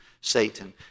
Satan